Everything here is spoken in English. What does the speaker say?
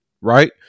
Right